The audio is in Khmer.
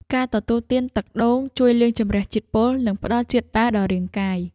ការទទួលទានទឹកដូងជួយលាងជម្រះជាតិពុល និងផ្តល់ជាតិរ៉ែដល់រាងកាយ។